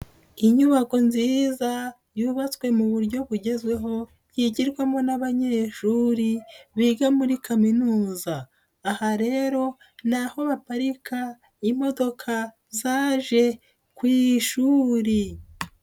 Inyubako nziza yubatswe mu buryo bugezweho yigirwamo n'abanyeshuri biga muri kaminuza, aha rero ni aho baparika imodoka zaje ku ishuri.